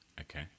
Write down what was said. Okay